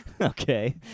Okay